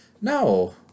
No